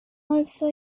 also